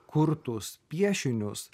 kurtus piešinius